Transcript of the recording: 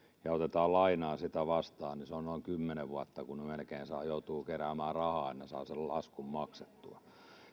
ja otetaan lainaa sitä vastaan niin se on noin kymmenen vuotta ne melkein joutuvat keräämään rahaa että ne saavat sen laskun maksettua